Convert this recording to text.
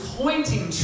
pointing